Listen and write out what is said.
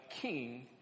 king